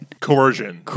Coercion